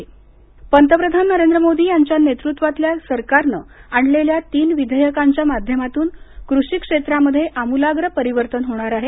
कषी विधेयक धळे पंतप्रधान नरेंद्र मोदी यांच्या नेतृत्वातल्या सरकारनं आणलेल्या तीन विधेयकांच्या माध्यमातून कृषी क्षेत्रामध्ये आमूलाग्र परिवर्तन होणार आहे